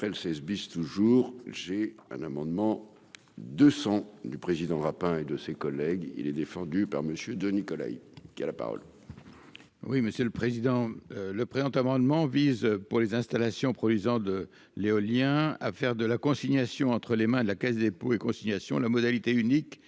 Après le seize bis toujours j'ai un amendement 200 du président va et de ses collègues, il est défendu par Monsieur de Nicolas qui a la parole. Oui, monsieur le président, le présent amendement vise pour les installations produisant de l'éolien à faire de la conciliation entre les mains de la Caisse dépôts et consignation la modalité unique